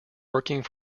working